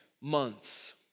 months